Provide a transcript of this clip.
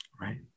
Right